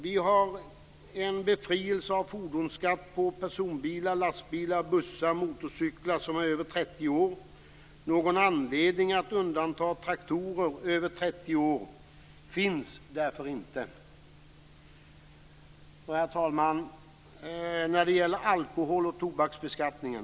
Vi har en befrielse från fordonsskatt på personbilar, lastbilar, bussar och motorcyklar som är över 30 år gamla. Någon anledning att undanta traktorer över 30 år finns därför inte. Herr talman! Slutligen om alkohol och tobakbeskattningen.